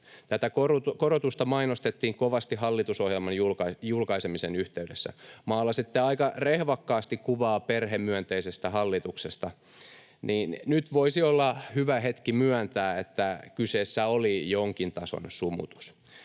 Tätä korotusta mainostettiin kovasti hallitusohjelman julkaisemisen yhteydessä. Kun maalasitte aika rehvakkaasti kuvaa perhemyönteisestä hallituksesta, niin nyt voisi olla hyvä hetki myöntää, että kyseessä oli jonkin tason sumutus.